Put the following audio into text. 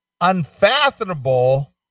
unfathomable